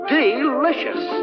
Delicious